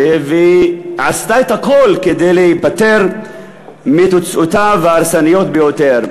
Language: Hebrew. ועשו הכול כדי להיפטר מתוצאותיו ההרסניות ביותר.